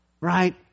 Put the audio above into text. right